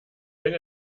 wenn